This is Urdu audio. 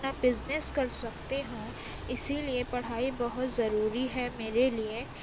اپنا بزنس کر سکتی ہوں اسی لیے پڑھائی بہت ضروری ہے میرے لیے